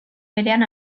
berean